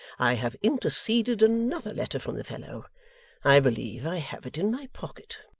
i have interceded another letter from the fellow i believe i have it in my pocket.